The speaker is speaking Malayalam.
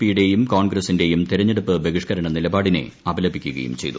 പിയുടെയും കോൺഗ്രസിന്റെയും തെരഞ്ഞെടുപ്പ് ബഹിഷ്കരണ നിലപാടിനെ അപലപിക്കുകയും ചെയ്തു